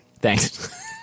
Thanks